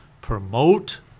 promote